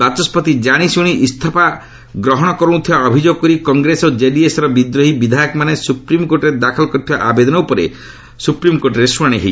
ବାଚସ୍କତି ଜାଣିଶୁଣି ଇସ୍ତଫାପତ୍ର ଗ୍ରହଣ କରୁନଥିବା ଅଭିଯୋଗ କରି କଂଗ୍ରେସ ଓ ଜେଡିଏସ୍ର ବିଦ୍ରୋହୀ ବିଧାୟକମାନେ ସୁପ୍ରିମକୋର୍ଟରେ ଦାଖଲ କରିଥିବା ଆବେଦନ ଉପରେ ଆଜି ଶୁଣାଣି ହେବ